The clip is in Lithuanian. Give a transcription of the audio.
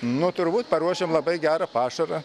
nu turbūt paruošiam labai gerą pašarą